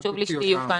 חשוב לי שתהיו כאן.